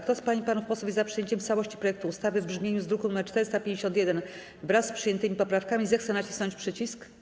Kto z pań i panów posłów jest za przyjęciem w całości projektu ustawy w brzmieniu z druku nr 451, wraz przyjętymi poprawkami, zechce nacisnąć przycisk.